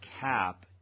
cap